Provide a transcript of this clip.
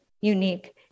unique